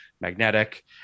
magnetic